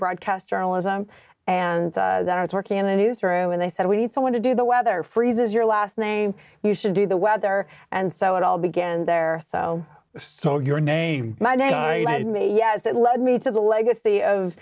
broadcast journalism and that i was working in a newsroom and they said we need someone to do the weather freezes your last name you should do the weather and so it all began there stole your name my name yes that led me to the legacy of